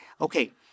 okay